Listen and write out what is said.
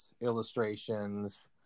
illustrations